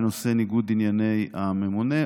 בנושא ניגוד ענייני הממונה,